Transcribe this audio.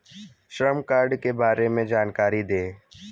श्रम कार्ड के बारे में जानकारी दें?